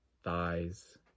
thighs